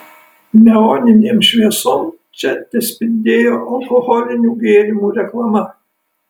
neoninėm šviesom čia tespindėjo alkoholinių gėrimų reklama